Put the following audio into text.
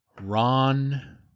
Ron